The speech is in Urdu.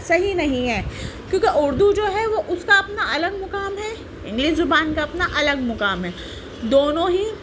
صحیح نہیں ہے کیونکہ اردو جو ہے وہ اس کا اپنا الگ مقام ہے انگلش زبان کا اپنا الگ مقام ہے دونوں ہی